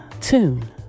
tune